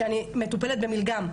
שאני מטופלת במילגם,